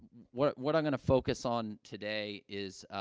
what what i'm going to focus on today is,